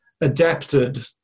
adapted